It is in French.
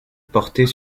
portait